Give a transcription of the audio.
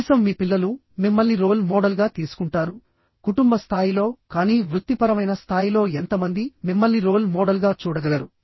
కనీసం మీ పిల్లలు మిమ్మల్ని రోల్ మోడల్గా తీసుకుంటారు కుటుంబ స్థాయిలో కానీ వృత్తిపరమైన స్థాయిలో ఎంత మంది మిమ్మల్ని రోల్ మోడల్గా చూడగలరు